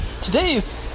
today's